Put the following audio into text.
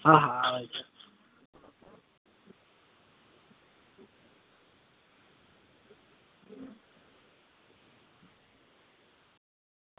હા હા આવે છે